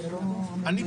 אני,